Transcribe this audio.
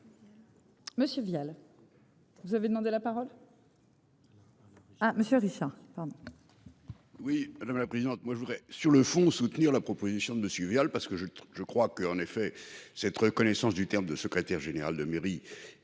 Monsieur Vial. Vous avez demandé la parole. Ah monsieur Rhissa pardon. Oui madame la présidente, moi je voudrais sur le fond, soutenir la proposition de monsieur Vial, parce que je je crois que, en effet, cette reconnaissance du terme de secrétaire général de mairie est